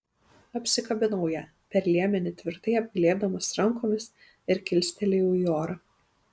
apsikabinau ją per liemenį tvirtai apglėbdamas rankomis ir kilstelėjau į orą